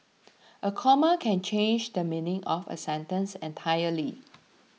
a comma can change the meaning of a sentence entirely